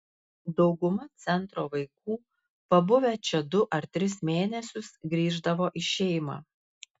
dauguma centro vaikų pabuvę čia du ar tris mėnesius grįždavo į šeimą